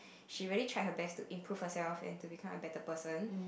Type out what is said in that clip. she really tried her best to improve herself and to become a better person